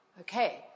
Okay